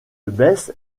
baisse